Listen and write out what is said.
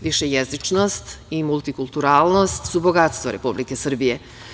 Višejezičnost i multikulturalnost su bogatstvo Republike Srbije.